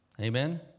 Amen